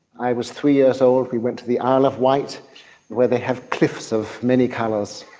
i was three years old, we went to the isle of wight where they have cliffs of many colours,